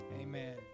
amen